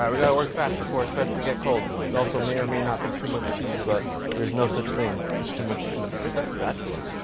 we gotta work fast before it starts to get cold. this also may or may not be too much cheese, but there's no such thing as too much cheese. where's our spatula?